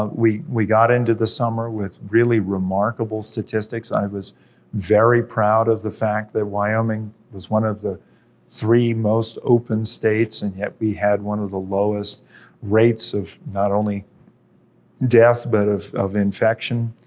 we we got into the summer with really remarkable statistics, i was very proud of the fact that wyoming was one of the three most open states, and yet we had one of the lowest rates of not only death, but of of infection.